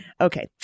Okay